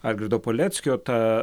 algirdo paleckio tą